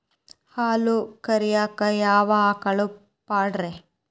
ಹಾಲು ಕರಿಯಾಕ ಯಾವ ಆಕಳ ಪಾಡ್ರೇ?